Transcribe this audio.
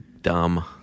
dumb